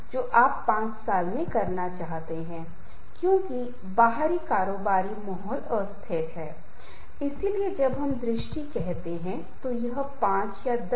इसलिए यदि वास्तव में कुछ रिश्ते मायने रखते हैं जो बहुत महत्वपूर्ण है हमें नए सिरे से प्रयास करते रहना चाहिए इसे बनाए रखना चाहिए और इसके लिए हमें कुछ प्रयास करने चाहिए